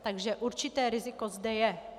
Takže určité riziko zde je.